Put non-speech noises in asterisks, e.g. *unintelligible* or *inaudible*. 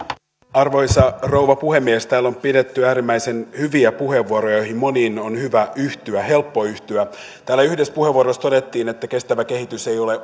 arvoisa rouva puhemies täällä on pidetty äärimmäisen hyviä puheenvuoroja joihin moniin on helppo yhtyä täällä yhdessä puheenvuorossa todettiin että kestävä kehitys ei ole *unintelligible*